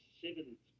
seventh